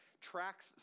tracks